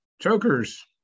chokers